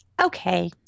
Okay